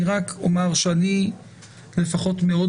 אני רק אומר שאני לפחות, מאוד